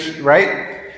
right